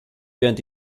während